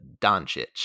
Doncic